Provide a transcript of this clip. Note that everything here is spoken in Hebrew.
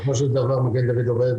שון שאל האם בינתיים,